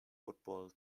football